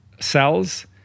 cells